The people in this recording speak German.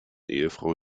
ehefrau